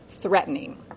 threatening